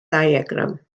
diagram